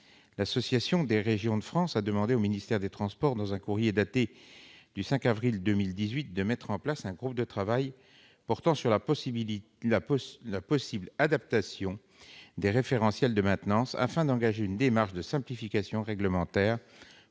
l'Association des régions de France a demandé au ministère des transports, dans un courrier daté du 5 avril 2018, la mise en place d'un groupe de travail portant sur la possible adaptation des référentiels de maintenance, afin d'engager une démarche de simplification réglementaire